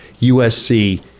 USC